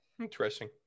Interesting